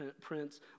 prince